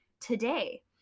today